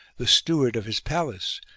the steward of his palace,